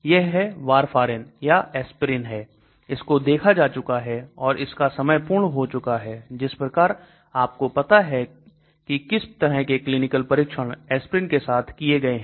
यह है warfarin या aspirin है इसको देखा जा चुका है और इसका समय पूर्ण हो चुका है जिस प्रकार आपको पता है किस तरह के क्लीनिकल परीक्षण aspirin के साथ किए गए थे